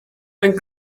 and